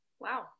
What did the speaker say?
Wow